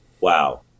wow